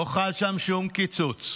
לא חל שם שום קיצוץ.